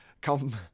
Come